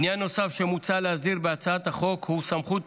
עניין נוסף שמוצע להסדיר בהצעת החוק הוא סמכות